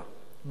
באמת שאין.